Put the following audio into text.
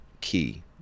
key